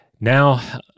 Now